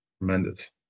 Tremendous